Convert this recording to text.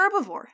herbivore